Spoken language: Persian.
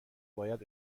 باید